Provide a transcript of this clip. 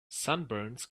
sunburns